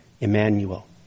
Emmanuel